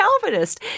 Calvinist